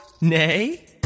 Nay